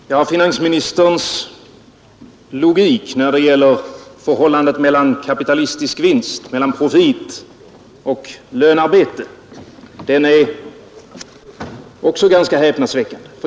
Herr talman! Finansministerns logik när det gäller förhållandet mellan kapitalistisk profit och lönearbete är också ganska häpnadsväckande.